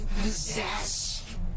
possess